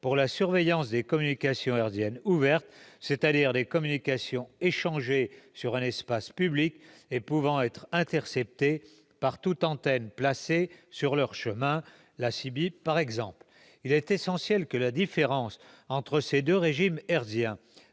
pour la surveillance des communications hertziennes ouvertes, c'est-à-dire des communications échangées sur un espace public et pouvant être interceptées par toute antenne placée sur leur « chemin », la CB, ou, par exemple. Il est essentiel que la différence entre ces deux régimes hertziens